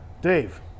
Dave